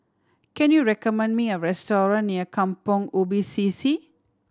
can you recommend me a restaurant near Kampong Ubi C C